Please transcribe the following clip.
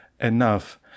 Enough